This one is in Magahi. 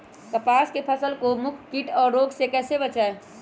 कपास की फसल को प्रमुख कीट और रोग से कैसे बचाएं?